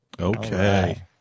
Okay